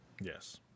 Yes